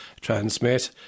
transmit